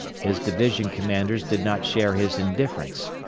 his division commanders did not share his indifference.